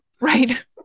Right